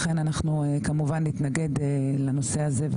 לכן נתנגד לנושא הזה,